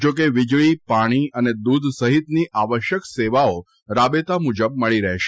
જો કે વીજળી પાણી અને દૂધ સહિતની આવશ્યક સેવાઓ રાબેતા મુજબ મળી રહેશે